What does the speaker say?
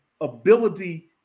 ability